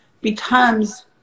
becomes